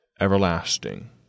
everlasting